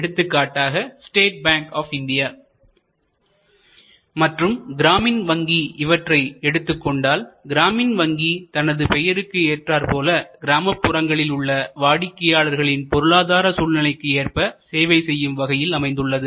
எடுத்துக்காட்டாக state bank of India மற்றும் கிராமின் வங்கி இவற்றை எடுத்துக்கொண்டால் கிராமின் வங்கி தனது பெயருக்கு ஏற்றார் போல கிராமப்புறங்களில் உள்ள வாடிக்கையாளர்களின் பொருளாதார சூழ்நிலைக்கு ஏற்ப சேவை செய்யும் வகையில் அமைந்துள்ளது